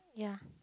yeah